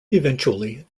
eventually